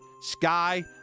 Sky